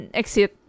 exit